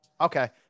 Okay